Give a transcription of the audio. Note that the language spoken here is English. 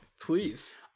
Please